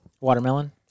Watermelon